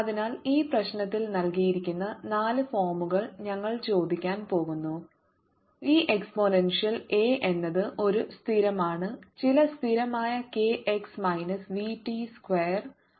അതിനാൽ ഈ പ്രശ്നത്തിൽ നൽകിയിരിക്കുന്ന നാല് ഫോമുകൾ ഞങ്ങൾ ചോദിക്കാൻ പോകുന്നു ഇ എക്സ്പോണൻഷ്യൽ എ എന്നത് ഒരു സ്ഥിരമാണ് ചില സ്ഥിരമായ k x minus v t square ഒരു ഫോം